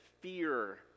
fear